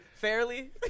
Fairly